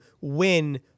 win